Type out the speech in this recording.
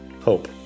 hope